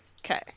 Okay